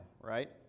right